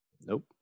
nope